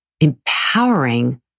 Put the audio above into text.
empowering